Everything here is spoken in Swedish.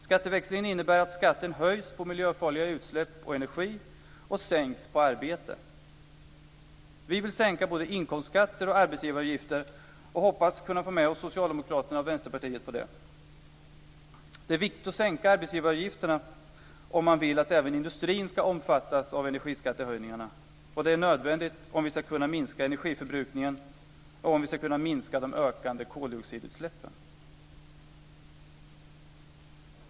Skatteväxlingen innebär att skatten höjs på miljöfarliga utsläpp och miljöfarlig energi samtidigt som den sänks på arbete. Vi vill sänka både inkomstskatter och arbetsgivaravgifter och hoppas att kunna få med oss Socialdemokraterna och Vänsterpartiet på detta. Det är viktigt att sänka arbetsgivaravgifterna om man vill att även industrin ska omfattas av energiskattehöjningarna, och det är nödvändigt om vi ska kunna minska energiförbrukningen och de ökande koldioxidutsläppen.